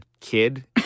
kid